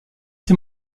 ces